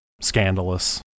scandalous